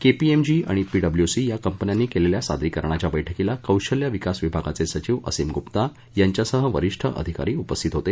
KPMG आणि पीडब्ल्यूसी या कंपन्यांनी केलेल्या सादरीकरणाच्या बर्डकीला कौशल्य विकास विभागाचे सचिव असीम गुप्ता यांच्यासह वरिष्ठ अधिकारी उपस्थित होते